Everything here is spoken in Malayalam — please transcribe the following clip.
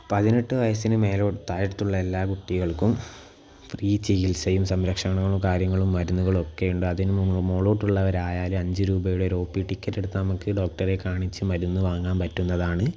പതിനെട്ട് വയസ്സിന് താഴത്തുള്ള എല്ലാ കുട്ടികൾക്കും ഫ്രീ ചികിത്സയും സംരക്ഷണങ്ങളും കാര്യങ്ങളും മരുന്നുകളും ഒക്കെ ഉണ്ട് അതിന് നമ്മൾ മുകളിലോട്ട് ഉള്ളവരായാലും അഞ്ച് രൂപയുടെ ഒരു ഒ പി ടിക്കറ്റ് എടുത്താൽ നമ്മക്ക് ഡോക്ടറെ കാണിച്ച് മരുന്ന് വാങ്ങാൻ പറ്റുന്നതാണ്